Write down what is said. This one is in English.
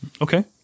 Okay